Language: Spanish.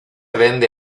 vende